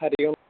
Hari Om